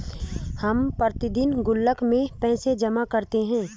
हम प्रतिदिन गुल्लक में पैसे जमा करते है